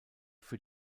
für